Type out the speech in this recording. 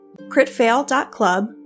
critfail.club